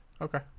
Okay